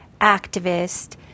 activist